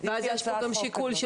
יש פה שיקול של